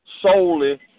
solely